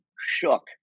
shook